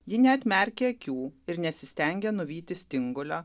ji neatmerkė akių ir nesistengė nuvyti stingulio